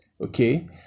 okay